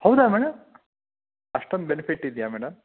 ಹೌದಾ ಮೇಡಮ್ ಅಷ್ಟೊಂದು ಬೆನಿಫಿಟ್ ಇದೆಯಾ ಮೇಡಮ್